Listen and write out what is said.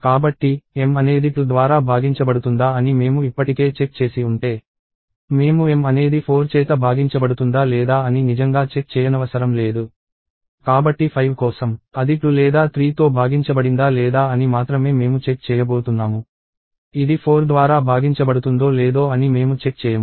కాబట్టి m అనేది 2 ద్వారా భాగించబడుతుందా అని మేము ఇప్పటికే చెక్ చేసి ఉంటే మేము m అనేది 4 చేత భాగించబడుతుందా లేదా అని నిజంగా చెక్ చేయనవసరం లేదు కాబట్టి 5 కోసం అది 2 లేదా 3తో భాగించబడిందా లేదా అని మాత్రమే మేము చెక్ చేయబోతున్నాము ఇది 4 ద్వారా భాగించబడుతుందో లేదో అని మేము చెక్ చేయము